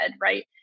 right